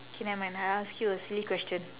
K nevermind I ask you a silly question